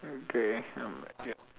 okay yup